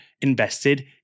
invested